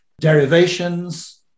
derivations